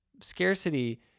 Scarcity